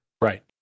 Right